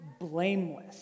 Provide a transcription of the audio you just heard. blameless